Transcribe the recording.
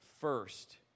first